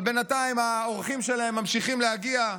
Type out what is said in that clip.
אבל בינתיים האורחים שלהם ממשיכים להגיע,